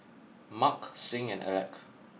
Marc Sing and Alec